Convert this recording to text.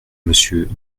monsieur